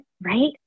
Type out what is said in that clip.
right